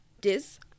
dis